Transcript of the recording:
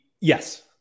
yes